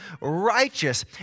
righteous